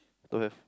don't have